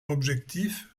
objectif